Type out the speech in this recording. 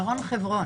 בר-און חברון.